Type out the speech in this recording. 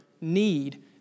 need